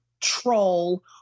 troll